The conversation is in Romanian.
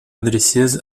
adresez